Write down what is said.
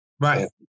Right